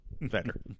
better